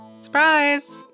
Surprise